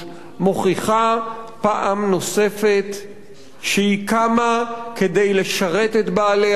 מוכיחה פעם נוספת שהיא קמה כדי לשרת את בעלי ההון,